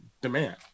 demand